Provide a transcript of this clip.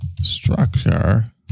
structure